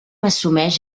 assumeix